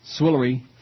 Swillery